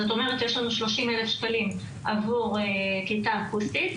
זאת אומרת שיש לנו 30,000 שקלים עבור כיתה אקוסטית.